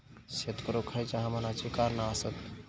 शेत करुक खयच्या हवामानाची कारणा आसत?